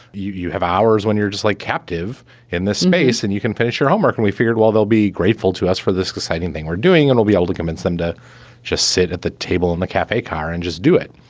you you have hours when you're just like captive in this space and you can finish your homework. and we figured, well, they'll be grateful to us for this exciting thing we're doing. and we'll be able to convince them to just sit at the table in the cafe car and just do it.